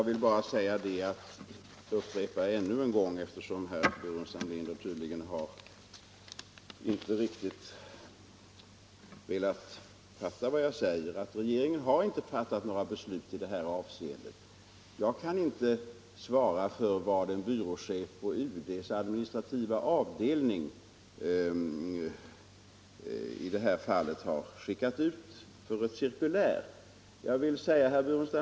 Herr talman! Eftersom herr Burenstam Linder tydligen inte riktigt fattar vad jag säger får jag ännu en gång upprepa: Regeringen har inte fattat något beslut i det här avseendet. Jag kan inte svara för vad byråchefen på UD:s administrativa avdelning har skickat ut för cirkulär i det här fallet.